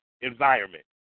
environment